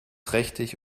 trächtig